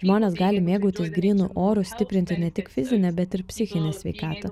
žmonės gali mėgautis grynu oru stiprinti ne tik fizinę bet ir psichinę sveikatą